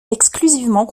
exclusivement